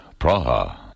Praha